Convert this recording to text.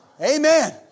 Amen